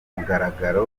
mugaragaro